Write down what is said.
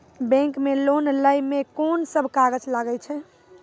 Bank मे loan लै मे कोन सब कागज लागै छै?